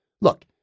look